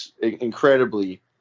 incredibly